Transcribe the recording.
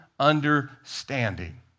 understanding